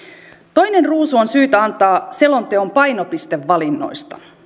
toinen ruusu on syytä antaa selonteon painopistevalinnoista